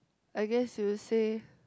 I guess you would say